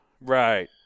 Right